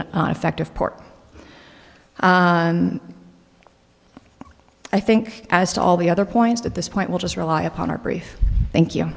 an effective part i think as to all the other points at this point we'll just rely upon our brief thank you